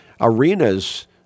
arenas